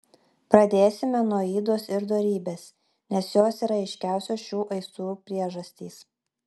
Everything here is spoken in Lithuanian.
pradėsime nuo ydos ir dorybės nes jos yra aiškiausios šių aistrų priežastys